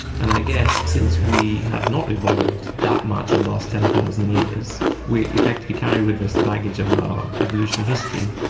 and i guess since we have not evolved that much over the last ten thousand years, we effectively carry with us the baggage of our evolutionary history.